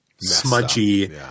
smudgy